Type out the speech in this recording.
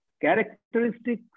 Characteristic